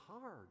hard